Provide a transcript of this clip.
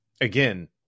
Again